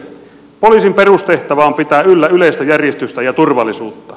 poliisin perustehtävä on pitää yllä yleistä järjestystä ja turvallisuutta